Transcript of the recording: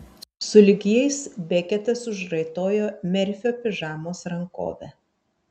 sulig jais beketas užraitojo merfio pižamos rankovę